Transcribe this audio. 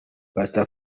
pastor